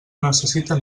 necessita